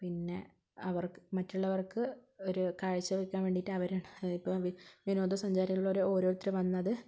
പിന്നെ അവർക്ക് മറ്റുള്ളവർക്ക് ഒരു കാഴ്ച വെക്കാൻ വേണ്ടിയിട്ട് അവര് ഇപ്പോൾ വിനോദസഞ്ചാരികള് ഒര് ഓരോരുത്തര് വന്നത്